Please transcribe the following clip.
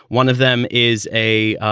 one of them is a